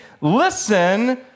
listen